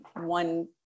one